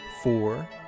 Four